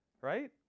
Right